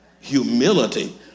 Humility